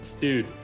dude